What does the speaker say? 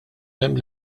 hemm